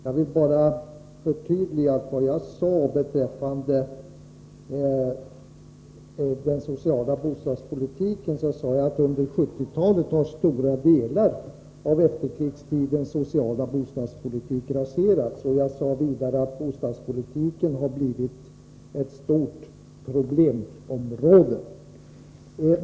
Jag vill bara förtydliga att vad jag sade beträffande den sociala bostadspolitiken var att under 1970-talet har stora delar av efterkrigstidens sociala bostadspolitik raserats. Jag sade vidare att bostadspolitiken har blivit ett stort problemområde.